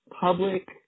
public